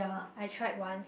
I tried once